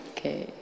Okay